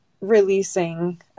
releasing